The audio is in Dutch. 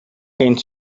eens